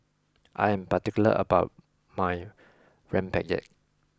I am particular about my Rempeyek